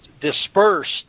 dispersed